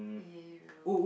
eh you